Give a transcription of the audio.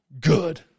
good